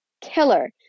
killer